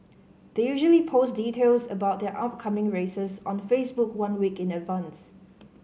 they usually post details about their upcoming races on Facebook one week in advance